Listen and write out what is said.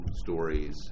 stories